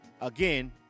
again